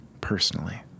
personally